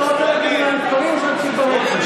אתה רוצה להגיד לי מה המספרים או שנמשיך ברצף?